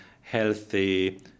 healthy